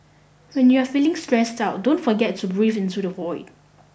when you are feeling stressed out don't forget to breathe into the void